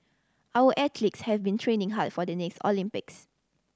our athletes have been training hard for the next Olympics